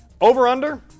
Over-under